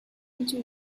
into